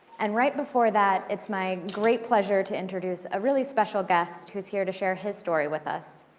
and right before that, it's my great pleasure to introduce a really special guest who's here to share his story with us.